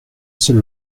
seul